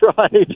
right